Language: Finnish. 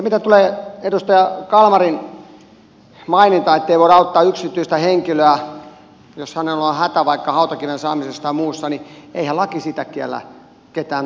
mitä tulee edustaja kalmarin mainintaan ettei voida auttaa yksityistä henkilöä jos hänellä on hätä vaikka hautakiven saamisessa tai muussa niin eihän laki kiellä ketään auttamasta